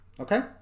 okay